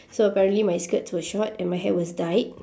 so apparently my skirt was short and my hair was dyed